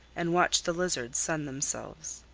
and watch the lizards sun themselves.